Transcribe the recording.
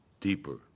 deeper